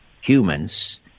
humans